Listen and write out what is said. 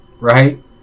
right